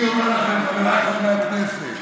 אני אומר לכם, חבריי חברי הכנסת,